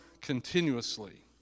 continuously